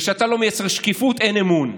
וכשאתה לא מייצר שקיפות אין אמון.